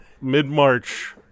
Mid-March